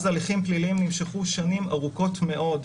אז הליכים פליליים נמשכו שנים ארוכות מאוד,